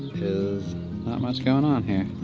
is not much going on here.